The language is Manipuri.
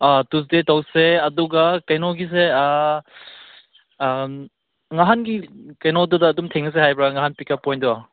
ꯇ꯭ꯌꯨꯁꯗꯦ ꯇꯧꯁꯦ ꯑꯗꯨꯒ ꯀꯩꯅꯣꯒꯤꯁꯦ ꯅꯍꯥꯟꯒꯤ ꯀꯩꯅꯣꯗꯨꯗ ꯑꯗꯨꯝ ꯊꯦꯡꯅꯁꯦ ꯍꯥꯏꯕ꯭ꯔꯥ ꯉꯍꯥꯟ ꯄꯤꯛꯀꯞ ꯄꯣꯏꯟꯗꯣ